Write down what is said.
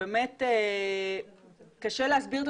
באמת קשה להסביר את